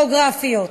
וגיאוגרפיות.